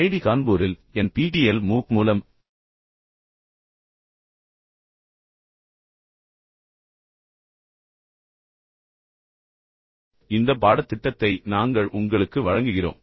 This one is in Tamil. ஐஐடி கான்பூரில் N P T E L MOOC மூலம் இந்த பாடத்திட்டத்தை நாங்கள் உங்களுக்கு வழங்குகிறோம்